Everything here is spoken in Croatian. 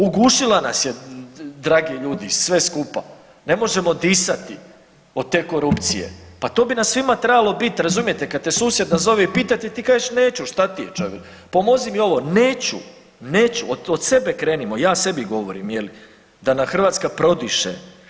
Ugušila nas je dragi ljudi sve skupa, ne možemo disati od te korupcije, pa to bi nam svima trebalo bit razumijete kad te susjed nazove i pitate ti kažeš neću šta ti je, pomozi mi ovo, neću, neću od sebe krenimo, ja sebi govorim je li da nam Hrvatska prodiše.